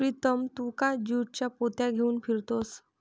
प्रीतम तू का ज्यूटच्या पोत्या घेऊन फिरतोयस